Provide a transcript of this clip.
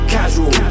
Casual